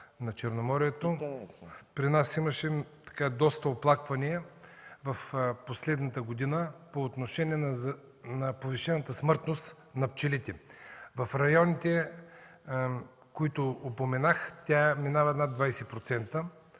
на Черноморието, при нас имаше доста оплаквания през последната година за повишената смъртност на пчелите. В районите, които споменах, тя минава над 20%,